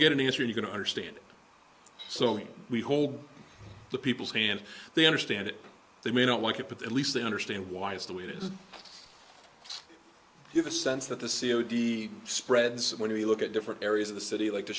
get an answer you can understand so we hold the people's hand they understand it they may not like it but at least they understand why is the way it is you have a sense that the c o d spreads when you look at different areas of the city like the